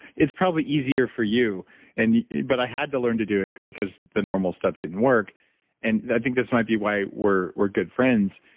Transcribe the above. it's probably easier for you and you but i had to learn to do it, because the normal stuff didn't work and i think this might be why we're we're good bulletproof